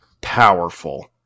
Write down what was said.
powerful